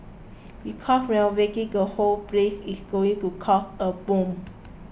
because renovating the whole place is going to cost a bomb